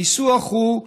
הניסוח הוא: